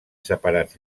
separats